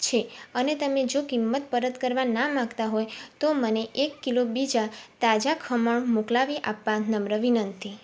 છે અને તમે જો કિંમત પરત ના માગતા હોય તો મને એક કિલો બીજા તાજા ખમણ મોકલાવી આપવા નમ્ર વિનંતી